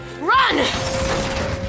run